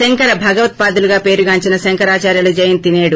శంకర భగవత్పాదులుగా పేరుగాంచిన శంకరాచార్యుల జయంతి నేడు